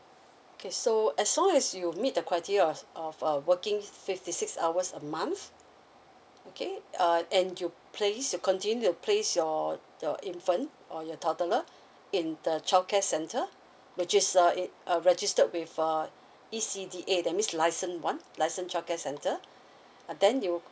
okay so as long as you meet the criteria of of uh working fif~ fifty six hours a month okay uh and you place you continue to place your your infant or your toddler in the childcare centre which is uh it uh registered with uh E_C_D_A that means licensed [one] licensed childcare centre uh then you